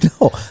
no